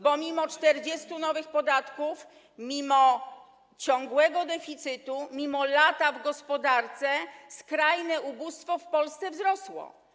Bo mimo 40 nowych podatków, mimo ciągłego deficytu, mimo lata w gospodarce skrajne ubóstwo w Polsce wzrosło.